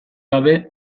gabe